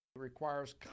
requires